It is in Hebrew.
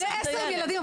בני 10 הם ילדים.